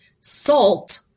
salt